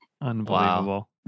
Unbelievable